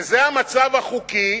וזה המצב החוקי,